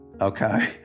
Okay